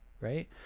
right